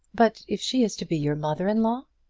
but if she is to be your mother-in-law?